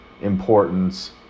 Importance